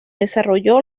desarrolló